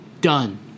Done